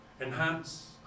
enhance